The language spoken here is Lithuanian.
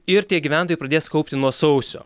ir tie gyventojai pradės kaupti nuo sausio